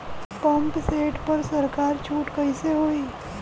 Pump set पर सरकार छूट कईसे होई?